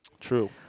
true